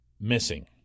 missing